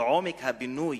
כעומק הפינוי